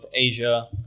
Asia